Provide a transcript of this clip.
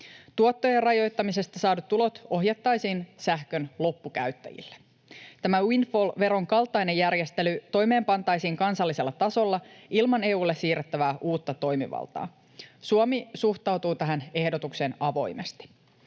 Tuottojen rajoittamisesta saadut tulot ohjattaisiin sähkön loppukäyttäjille. Tämä windfall-veron kaltainen järjestely toimeenpantaisiin kansallisella tasolla ilman EU:lle siirrettävää uutta toimivaltaa. Suomi suhtautuu tähän ehdotukseen avoimesti.